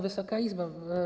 Wysoka Izbo!